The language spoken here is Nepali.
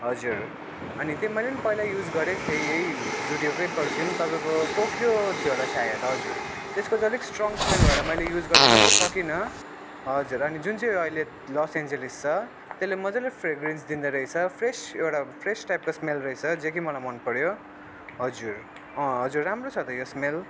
हजुर अनि त्यो मैले नि पहिला युस गरेको थिएँ यही जुडियोकै पर्फ्युम तपाईँको टोक्यो थियो होला सायद हजुर त्यसको चाहिँ अलिक स्ट्रङ स्मेल भएर मैले युज गरिनँ नि त सकिनँ हजुर अनि जुन चाहिँ अहिले लस एन्जलस छ त्यसले मजाले फेरेन्स दिँदोरहेछ फ्रेस एउटा फ्रेस टाइपको स्मेल रहेछ जो कि मलाई मनपर्यो हजुर अँ हजुर राम्रो छ त यो स्मेल